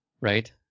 Right